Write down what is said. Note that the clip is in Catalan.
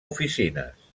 oficines